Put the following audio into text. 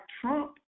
Trump